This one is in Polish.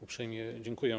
Uprzejmie dziękuję.